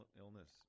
illness